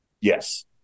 Yes